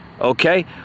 okay